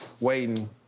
waiting